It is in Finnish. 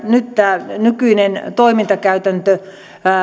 nyt tämä nykyinen toimintakäytäntö